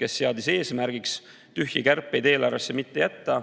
kes seadis eesmärgiks tühje kärpeid eelarvesse mitte jätta,